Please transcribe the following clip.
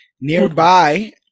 nearby